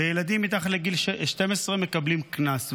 וילדים מתחת לגיל 12 מקבלים קנס,